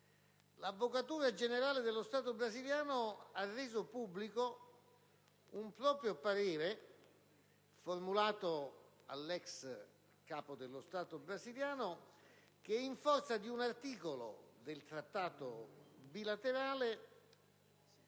l'Avvocatura generale dello Stato brasiliana ha reso pubblico un proprio parere, formulato all'ex Capo dello Stato brasiliano, che, in forza di un articolo del Trattato bilaterale,